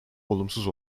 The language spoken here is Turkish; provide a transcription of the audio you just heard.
olumsuz